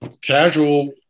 casual